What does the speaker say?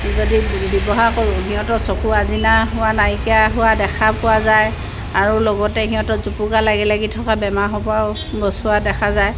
যদি ব্যৱহাৰ কৰোঁ সিহঁতৰ চকু আচিনা হোৱা নাইকিয়া হোৱা দেখা পোৱা যায় আৰু লগতে সিহঁতৰ জোপোকা লাগে লাগি থকা বেমাৰ হোৱাৰ পৰাও বচোৱা দেখা যায়